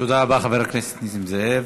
תודה רבה, חבר הכנסת נסים זאב.